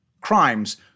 Crimes